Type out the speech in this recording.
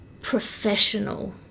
professional